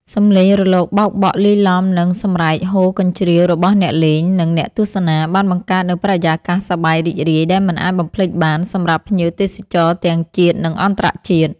សម្លេងរលកបោកបក់លាយឡំនឹងសម្រែកហ៊ោរកញ្ជ្រៀវរបស់អ្នកលេង និងអ្នកទស្សនា បានបង្កើតនូវបរិយាកាសសប្បាយរីករាយដែលមិនអាចបំភ្លេចបានសម្រាប់ភ្ញៀវទេសចរទាំងជាតិនិងអន្តរជាតិ។